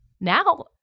Now